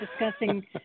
discussing